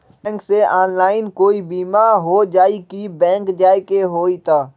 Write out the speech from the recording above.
Bank से online कोई बिमा हो जाई कि बैंक जाए के होई त?